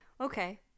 Okay